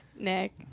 Nick